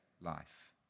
life